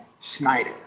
schneider